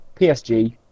PSG